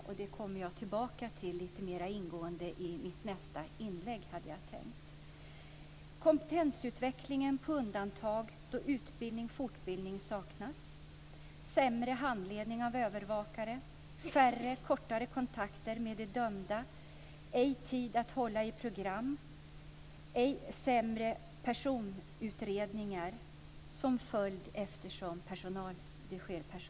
Jag hade tänkt komma tillbaka till det lite mer ingående i mitt nästa inlägg. Kompetensutvecklingen är satt på undantag då utbildning och fortbildning saknas. Det blir sämre handledning av övervakare och färre, kortare kontakter med de dömda. Det finns ej tid att hålla i program, och eftersom det sker personalminskningar blir följden sämre personutredningar.